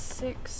six